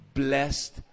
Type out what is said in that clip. blessed